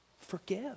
Forgive